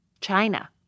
China